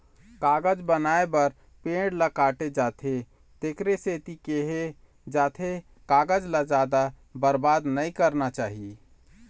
कागज बनाए बर पेड़ ल काटे जाथे तेखरे सेती केहे जाथे कागज ल जादा बरबाद नइ करना चाही